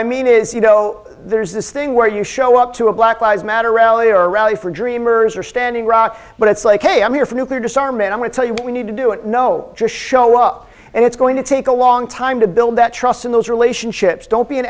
i mean is you know there's this thing where you show up to a black flies matter rally or rally for dreamers or standing rock but it's like hey i'm here for nuclear disarmament i'm going tell you what we need to do it no just show up and it's going to take a long time to build that trust in those relationships don't be an